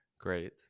Great